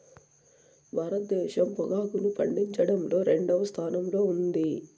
భారతదేశం పొగాకును పండించడంలో రెండవ స్థానంలో ఉంది